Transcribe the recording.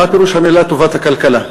מה פירוש המילים "טובת הכלכלה"?